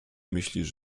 myślisz